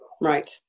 right